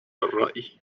الرأي